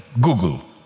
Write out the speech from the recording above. Google